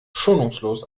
schonungslos